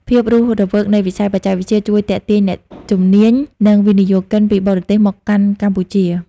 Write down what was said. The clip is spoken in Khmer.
ភាពរស់រវើកនៃវិស័យបច្ចេកវិទ្យាជួយទាក់ទាញអ្នកជំនាញ និងវិនិយោគិនពីបរទេសមកកាន់កម្ពុជា។